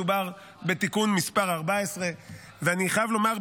מדובר בתיקון מס' 14. אני חייב לומר,